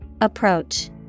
Approach